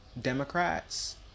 Democrats